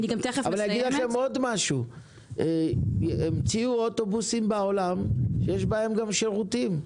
אגיד לכם עוד משהו: המציאו אוטובוסים בעולם שיש בהם גם שירותים.